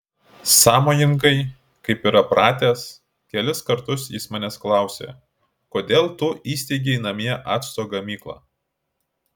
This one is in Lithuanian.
sąmojingai kaip yra pratęs kelis kartus jis manęs klausė kodėl tu įsteigei namie acto gamyklą